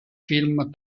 film